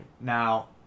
Now